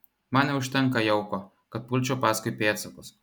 man neužtenka jauko kad pulčiau paskui pėdsakus